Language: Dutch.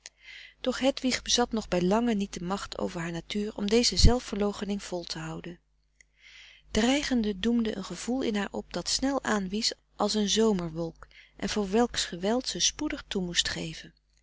doch hedwig bezat nog bij lange niet de macht over haar natuur om deze zelfverloochening vol te houden dreigende doemde een gevoel in haar op dat snel aanwies als een zomerwolk en voor welks geweld ze spoedig toe moest geven